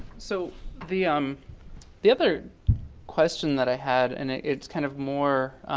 so the um the other question that i had and ah it's kind of more,